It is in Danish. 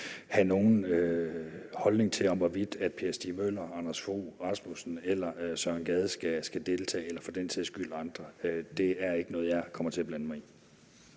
at have nogen holdning til, hvorvidt Per Stig Møller, Anders Fogh Rasmussen eller Søren Gade skal deltage – eller for den sags skyld andre. Det er ikke noget, jeg kommer til at blande mig i.